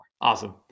Awesome